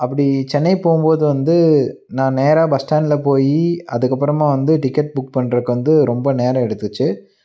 அப்படி சென்னை போகும்போது வந்து நான் நேராக பஸ் ஸ்டாண்டில் போய் அதுக்கு அப்புறமா வந்து டிக்கெட் புக் பண்ணறதுக்கு வந்து ரொம்ப நேரம் எடுத்துக்கிச்சு